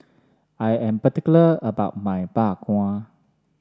I am particular about my Bak Kwa